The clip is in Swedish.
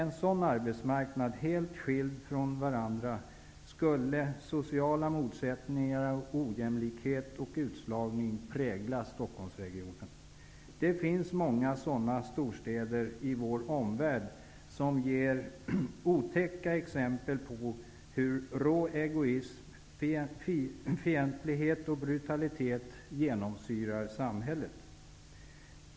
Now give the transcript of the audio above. Med sådana arbetsmarknader, helt skilda från varandra, skulle sociala motsättningar, ojämlikhet och utslagning prägla Stockholmsregionen. Det finns många sådana storstäder i vår omvärld som ger otäcka exempel på hur rå egoism, fientlighet och brutalitet genomsyrar samhället.